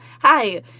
hi